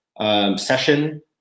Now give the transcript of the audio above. Session